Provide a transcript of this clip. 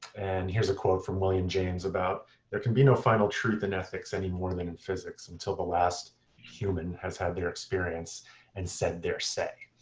and here's a quote from william james. there can be no final truth in ethics any more than in physics until the last human has had their experience and said their say.